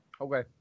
Okay